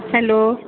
hello